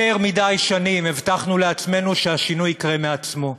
יותר מדי שנים הבטחנו לעצמנו שהשינוי יקרה מעצמו,